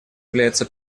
является